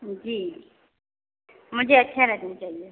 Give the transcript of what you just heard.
जी मुझे अच्छा लगना चाहिए